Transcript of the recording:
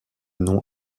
nom